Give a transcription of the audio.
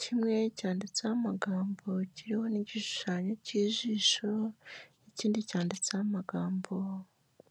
kimwe cyanditseho amagambo kiriho n'igishushanyo cy'ijisho, ikindi cyanditseho amagambo.